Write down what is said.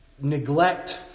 neglect